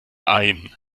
ein